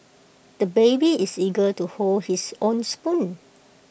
the baby is eager to hold his own spoon